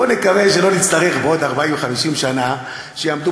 בואו נקווה שלא נצטרך בעוד 40 50 שנה שיעמדו